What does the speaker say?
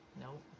Nope